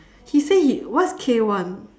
he say he what's k-one